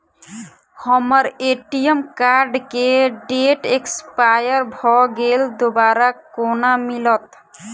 हम्मर ATM card केँ date expire भऽ गेल दोबारा कोना मिलत?